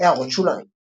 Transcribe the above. == הערות שוליים ==